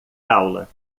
aula